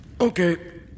Okay